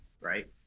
right